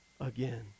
again